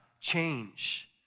change